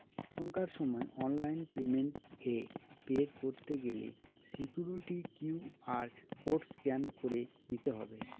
এখনকার সময় online payment এ পে করতে গেলে সিকুইরিটি কিউ.আর কোড স্ক্যান করে নিতে হবে